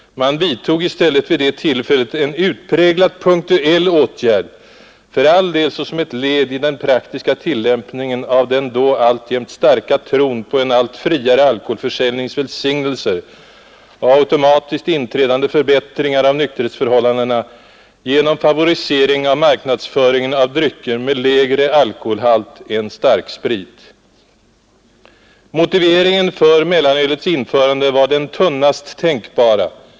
Man vidtog i stället vid det tillfället en utpräglat punktuell åtgärd — för all del såsom ett led i den praktiska tillämpningen av den då alltjämt starka tron på en allt friare alkoholförsäljnings välsignelser och automatiskt inträdande förbättringar av nykterhetsförhållandena genom favorisering av marknadsföringen av drycker med lägre alkoholhalt än starksprit. Motiveringen för mellanölets införande var den tunnast tänkbara.